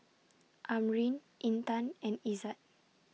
Amrin Intan and Izzat